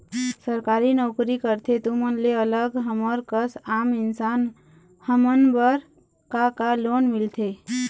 सरकारी नोकरी करथे तुमन ले अलग हमर कस आम इंसान हमन बर का का लोन मिलथे?